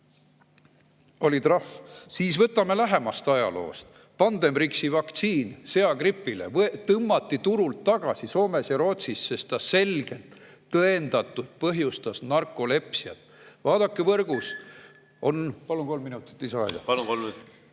oli trahv. Siis võtame lähemast ajaloost, Pandemrixi vaktsiin seagripi vastu tõmmati turult tagasi Soomes ja Rootsis, sest ta selgelt, tõendatult põhjustas narkolepsiat. Vaadake, võrgus on … Palun kolm minutit lisaaega. Palun, kolm minutit!